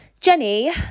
Jenny